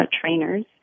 trainers